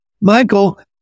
Michael